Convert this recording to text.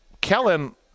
Kellen